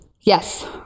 Yes